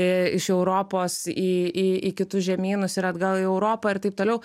iš europos į į į kitus žemynus ir atgal į europą ir taip toliau